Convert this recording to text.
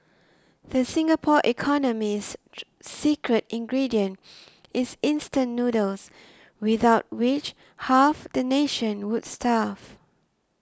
the Singapore economy's secret ingredient is instant noodles without which half the nation would starve